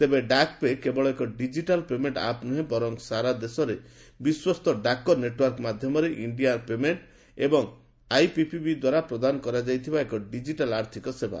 ତେବେ 'ଡାକ୍ ପେ' କେବଳ ଏକ ଡିକିଟାଲ୍ ପେମେଣ୍ଟ୍ ଆପ୍ ନୁହେଁ ବରଂ ସାରା ଦେଶରେ ବିଶ୍ୱସ୍ତ ଡାକ ନେଟ୍ୱାର୍କ ମାଧ୍ୟମରେ ଇଣ୍ଡିଆ ପେମେଣ୍ଟ୍ ଏବଂ ଆଇପିପିବି ଦ୍ୱାରା ପ୍ରଦାନ କରାଯାଇଥିବା ଏକ ଡିଜିଟାଲ୍ ଆର୍ଥକ ସେବା